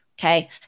okay